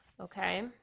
Okay